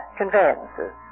conveyances